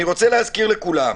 אני רוצה להזכיר לכולם,